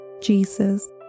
Jesus